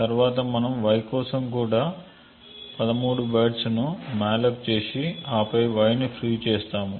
తరువాత మనం y కోసం కూడా 13 బైట్స్ ను మాలోక్ చేసి ఆపై y ని ఫ్రీ చేస్తాము